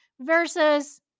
versus